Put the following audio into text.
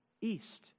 east